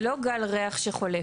זה לא גל ריח שחולף.